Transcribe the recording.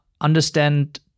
understand